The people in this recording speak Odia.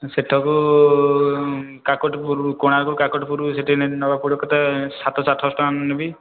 ସେଠାକୁ କାକଟପୁର କୋଣାର୍କରୁ କାକଟପୁର ସେଠି ନେବାକୁ ପଡ଼ିବ କେତେ ସାତଶହ ଆଠଶହ ଟଙ୍କା ନେବି